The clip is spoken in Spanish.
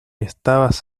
estabas